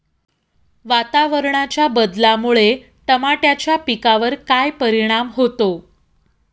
वातावरणाच्या बदलामुळे टमाट्याच्या पिकावर काय परिणाम होतो?